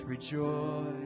Rejoice